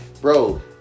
Bro